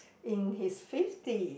in his fifties